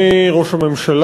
תשבו עם בעלי הקרקע,